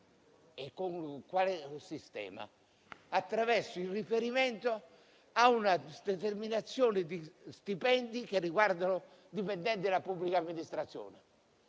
onorari attraverso il riferimento a una determinazione di stipendi che riguardano i dipendenti della pubblica amministrazione.